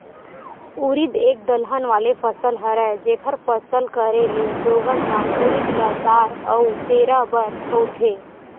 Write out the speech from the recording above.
उरिद एक दलहन वाले फसल हरय, जेखर फसल करे ले लोगन ह उरिद ल दार अउ बेरा बर बउरथे